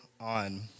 on